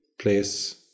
place